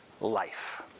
life